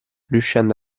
riuscendo